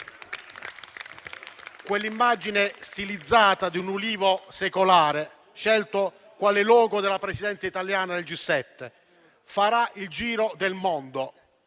Quell'immagine stilizzata di un ulivo secolare, scelto quale *logo* della Presidenza italiana del G7, farà il giro del mondo.